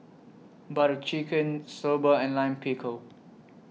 Butter Chicken Soba and Lime Pickle